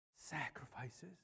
sacrifices